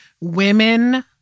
women